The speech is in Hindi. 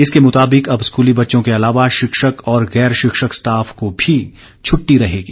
इसके मुताबिक अब स्कूली बच्चों के अलावा शिक्षक और गैर शिक्षक स्टॉफ को भी छुट्टी रहेगी